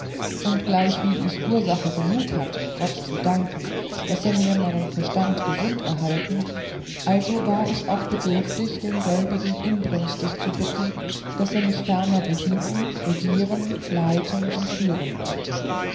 und gleichwie ich ursach genug hatte gott zu danken daß er mir meinen verstand gesund erhalten also war ich auch bedürftig denselben inbrünstig zu bitten daß er mich ferner behüten regieren leiten und führen wollte